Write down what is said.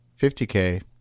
50K